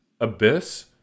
abyss